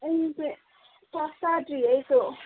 ꯑꯩꯁꯨꯅꯦ ꯆꯥꯛ ꯆꯥꯗ꯭ꯔꯤꯌꯦ ꯑꯩꯁꯨ